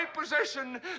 possession